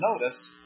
notice